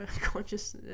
conscious